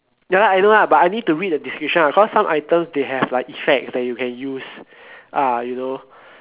ya lah I know lah but I need to read the description [what] cause some items they have like effects that you can use ah you know